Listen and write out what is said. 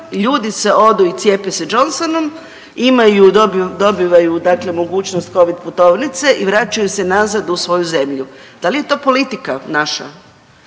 ljudi se odu i cijepe Johnsonom i imaju mogućnost dobivaju mogućnost Covid putovnice i vraćaju se nazad u svoju zemlju. Da li je to politika naša?